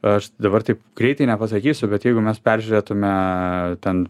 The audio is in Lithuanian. aš dabar taip greitai nepasakysiu kad jeigu mes peržiūrėtume ten